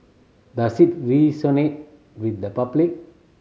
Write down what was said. does it resonate with the public